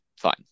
fine